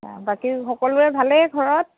বাকী সকলোৰে ভালেই ঘৰত